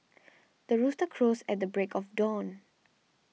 the rooster crows at the break of dawn